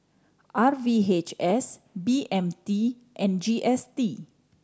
R V H S B M T and G S T